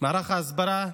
מערך ההסברה,